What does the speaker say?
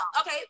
okay